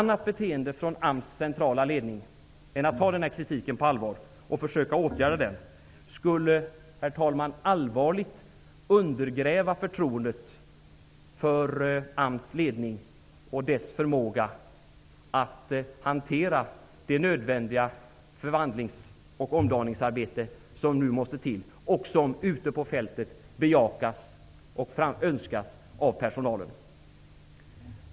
Varje annat beteende från AMS centrala ledning än att ta kritiken på allvar och försöka åtgärda den skulle allvarligt undergräva förtroendet för AMS ledning och dess förmåga att hantera det nödvändiga förvandlingsoch omdaningsarbete som nu måste till och som ute på fältet bejakas och önskas av personalen.